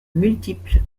multiple